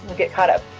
get caught up.